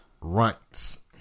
Runts